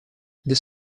this